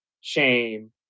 shame